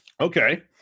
okay